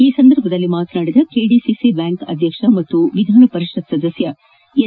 ಈ ಸಂದರ್ಭದಲ್ಲಿ ಮಾತನಾಡಿದ ಕೆಡಿಸಿಸಿ ಬ್ಯಾಂಕ್ ಅಧ್ಯಕ್ಷ ಹಾಗೂ ವಿಧಾನಪರಿಷತ್ ಸದಸ್ಯ ಎಸ್